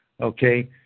okay